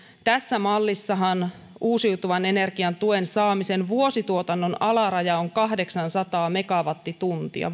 tässä mallissahan uusiutuvan energian tuen saamisen vuosituotannon alaraja on kahdeksansataa megawattituntia